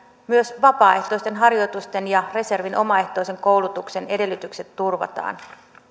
myös vapaaehtoisten harjoitusten ja reservin omaehtoisen koulutuksen edellytykset turvataan